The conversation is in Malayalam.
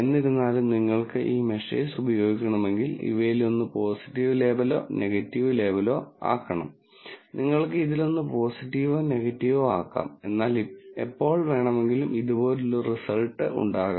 എന്നിരുന്നാലും നിങ്ങൾക്ക് ഈ മെഷേഴ്സ് ഉപയോഗിക്കണമെങ്കിൽ ഇവയിലൊന്ന് പോസിറ്റീവ് ലേബലോ നെഗറ്റീവ് ലേബലോ ആക്കണം നിങ്ങൾക്ക് ഇതിലൊന്ന് പോസിറ്റീവോ നെഗറ്റീവോ ആക്കാം എന്നാൽ എപ്പോൾ വേണമെങ്കിലും ഇതുപോലൊരു റിസൾട്ട ഉണ്ടാകാം